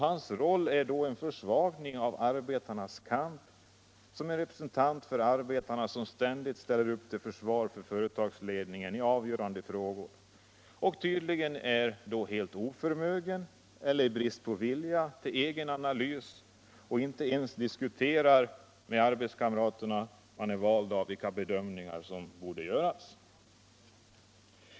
Hans roll är då att utgöra en försvagning av arbetarnas kamp, eftersom han som representant för arbetarna ständigt ställer upp till försvar för företagsledningen i avgörande frågor och tydligen är helt oförmögen — eller saknar vilja till egen analys — att diskutera med arbetskamraterna, som han är vald av, vilka bedömningar som borde göras.